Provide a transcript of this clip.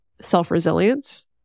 self-resilience